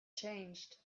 changed